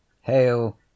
Hail